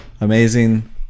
amazing